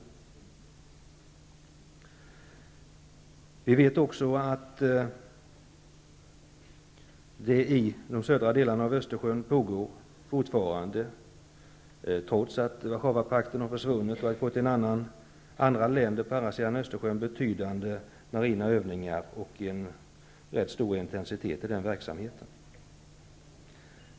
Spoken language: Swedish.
Vi vet också att det i de södra delarna av Östersjön, trots att Warszawapakten har försvunnit, fortfarande pågår betydande marina övningar och att det är en rätt stor intensitet i den verksamheten.